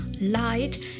light